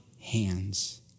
hands